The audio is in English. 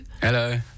Hello